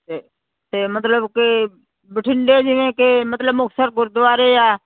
ਅਤੇ ਅਤੇ ਮਤਲਬ ਕਿ ਬਠਿੰਡੇ ਜਿਵੇਂ ਕਿ ਮਤਲਬ ਮੁਕਤਸਰ ਗੁਰਦੁਆਰੇ ਆ